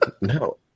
No